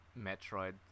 Metroid